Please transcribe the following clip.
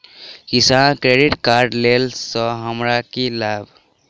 किसान credit card लेला सऽ हमरा की लाभ?